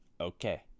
okay